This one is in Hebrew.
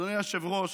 אדוני היושב-ראש,